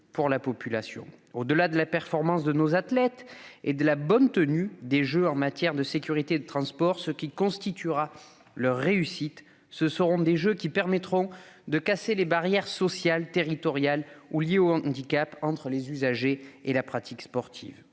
pour la population. Au-delà de la performance de nos athlètes et de la bonne tenue de l'événement en matière de sécurité et de transport, ces Jeux ne seront une réussite que s'ils permettent de casser les barrières sociales, territoriales et liées aux handicaps entre les usagers et la pratique sportive.